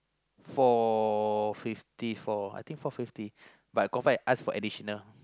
four fifty four I think four fifty but I go back ask for additional